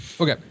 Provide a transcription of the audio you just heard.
Okay